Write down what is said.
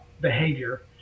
behavior